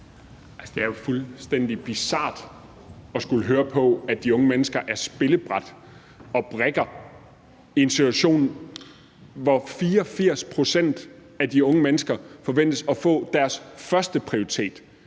det er jo fuldstændig bizart at skulle høre, at de unge mennesker er brikker på et spillebræt i en situation, hvor 84 pct. af de unge mennesker forventes at få deres førsteprioritet